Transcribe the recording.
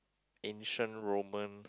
ancient Roman